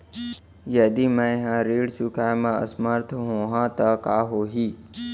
यदि मैं ह ऋण चुकोय म असमर्थ होहा त का होही?